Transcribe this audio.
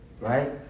right